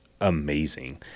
amazing